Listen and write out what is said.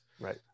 Right